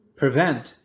prevent